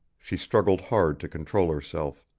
she struggled hard to control herself.